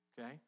okay